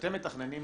כשאתם מתכננים